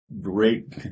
great